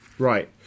Right